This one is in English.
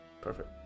Perfect